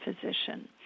physician